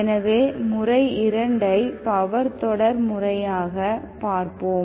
எனவே முறை 2 ஐ பவர் தொடர் முறையாகப் பார்ப்போம்